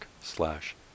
slash